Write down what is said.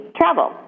travel